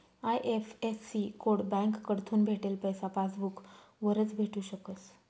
IFSC code बँककडथून भेटेल पैसा पासबूक वरच भेटू शकस